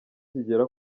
zigera